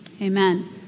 Amen